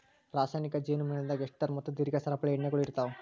ರಾಸಾಯನಿಕ್ ಜೇನು ಮೇಣದಾಗ್ ಎಸ್ಟರ್ ಮತ್ತ ದೀರ್ಘ ಸರಪಳಿ ಎಣ್ಣೆಗೊಳ್ ಇರ್ತಾವ್